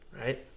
Right